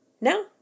Now